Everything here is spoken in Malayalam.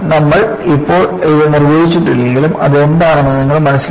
നമ്മൾ ഇപ്പോൾ ഇത് നിർവചിച്ചിട്ടില്ലെങ്കിലും അത് എന്താണെന്ന് നിങ്ങൾക്ക് മനസ്സിലാകും